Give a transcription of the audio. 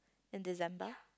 in December